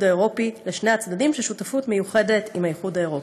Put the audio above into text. האירופי לשני הצדדים לשותפות מיוחדת עם האיחוד האירופי.